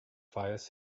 fires